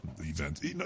events